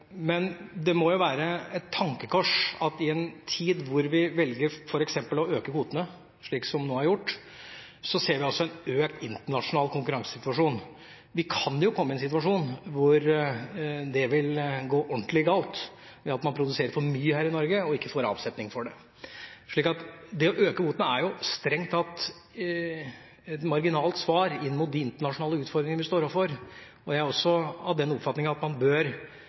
er gjort, ser vi en økt internasjonal konkurransesituasjon. Vi kan komme i en situasjon hvor det går ordentlig galt ved at man produserer for mye her i Norge og ikke får avsetning for det. Å øke kvoten er strengt tatt et marginalt svar inn mot de internasjonale utfordringene vi står overfor. Jeg er av den oppfatning at bransjen selvfølgelig bør